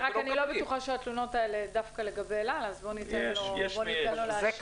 אני לא בטוחה שהתלונות האלה דווקא לגבי אל-על אז בוא ניתן לו להשלים.